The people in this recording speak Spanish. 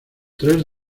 tres